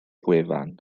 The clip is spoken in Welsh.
gwefan